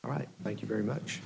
right thank you very much